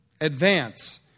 Advance